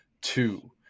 two